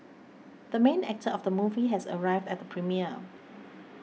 the main actor of the movie has arrived at the premiere